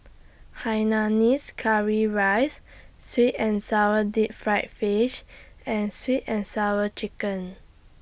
Hainanese Curry Rice Sweet and Sour Deep Fried Fish and Sweet and Sour Chicken